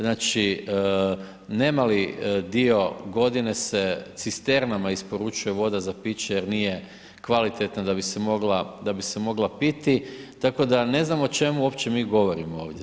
Znači, nemali dio godine se cisternama isporučuje voda za piće je nije kvalitetna da bi se mogla piti, tako da ne znam o čemu uopće mi govorimo ovdje?